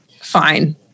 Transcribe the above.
fine